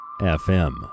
FM